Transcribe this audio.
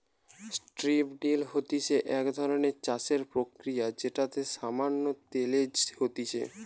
strip drill হতিছে এক ধরণের চাষের প্রক্রিয়া যেটাতে সামান্য তিলেজ হতিছে